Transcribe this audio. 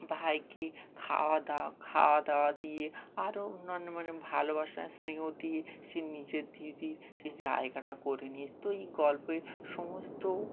ভাইকে খাওয়া দাওয়া খাওয়া দাওয়া দিয়ে আরও অন্যান্য মানে ভালোবাসা স্নেহ দিয়ে সে নিজের দিদির সে জায়গাটা করে নিয়ে তো এই গল্পের সমস্ত